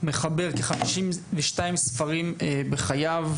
מחבר כ-52 ספרים בחייו,